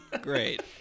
Great